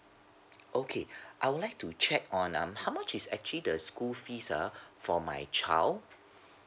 okay I would like to check on um how much is actually the school fees ah for my child